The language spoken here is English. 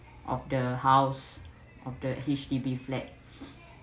of the house of the H_D_B flat